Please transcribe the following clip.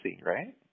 right